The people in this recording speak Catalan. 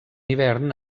hivern